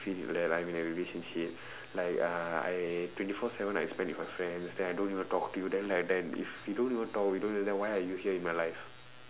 feel like I'm in a relationship like uh I twenty four seven I spend with my friends then I don't even talk to you then like that if we don't even talk we don't even then why are you here in my life